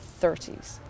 30s